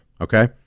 okay